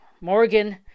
Morgan